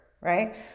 right